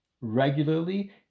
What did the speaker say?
regularly